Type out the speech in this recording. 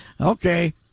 okay